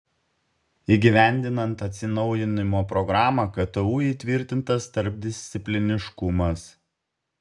įgyvendinant atsinaujinimo programą ktu įtvirtintas tarpdiscipliniškumas